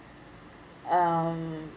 um